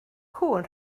cŵn